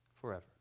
forever